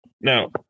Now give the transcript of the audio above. Now